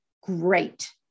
great